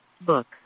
Book